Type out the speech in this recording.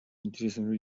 интересам